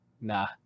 nah